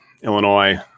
Illinois